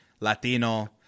Latino